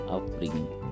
upbringing